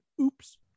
oops